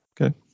Okay